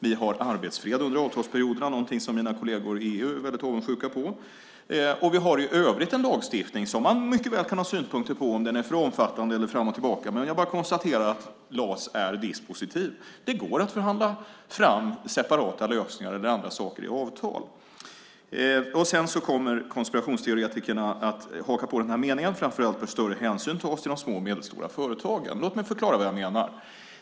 Vi har arbetsfred under avtalsperioderna - någonting som mina kolleger i EU är väldigt avundsjuka på. Vi har i övrigt en lagstiftning som man kan ha synpunkter på om den är för omfattande eller fram och tillbaka, men jag konstaterar att LAS är dispositiv. Det går att förhandla fram separata lösningar i avtal. Konspirationsteoretikerna hakar på den här meningen: Framför allt bör större hänsyn tas till de små och medelstora företagen. Låt mig förklara vad jag menar.